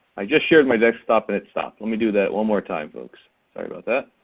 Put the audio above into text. i just shared my desktop and it stopped. let me do that one more time, folks. sorry about that,